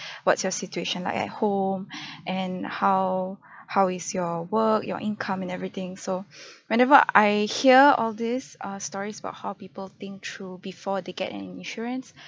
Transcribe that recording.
what's your situation like at home and how how is your work your income and everything so whenever I hear all these err stories about how people think through before they get any insurance